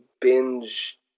binge